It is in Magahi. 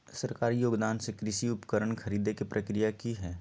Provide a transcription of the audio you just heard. सरकारी योगदान से कृषि उपकरण खरीदे के प्रक्रिया की हय?